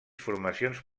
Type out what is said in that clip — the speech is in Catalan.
formacions